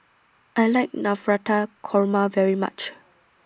I like Navratan Korma very much